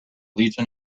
legion